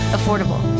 Affordable